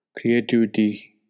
creativity